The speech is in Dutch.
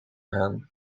aan